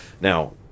Now